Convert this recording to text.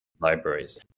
libraries